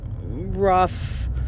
rough